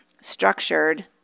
structured